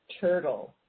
turtle